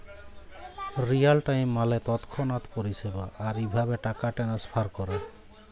Real time মালে তৎক্ষণাৎ পরিষেবা, আর ইভাবে টাকা টেনেসফার ক্যরে